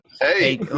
Hey